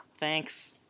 Thanks